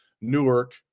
Newark